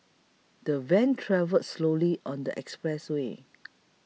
the van travelled slowly on the expressway